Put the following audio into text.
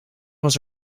was